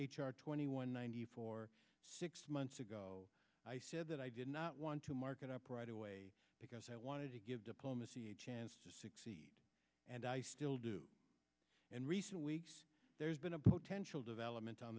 r twenty one ninety four six months ago i said that i did not want to mark it up right away because i wanted to give diplomacy a chance to succeed and i still do in recent weeks there's been a potential development on